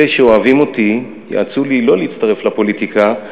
אלה שאוהבים אותי יעצו לי לא להצטרך לפוליטיקה,